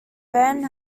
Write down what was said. van